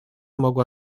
mogła